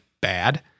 bad